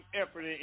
effort